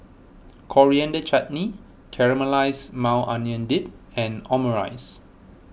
Coriander Chutney Caramelized Maui Onion Dip and Omurice